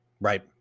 Right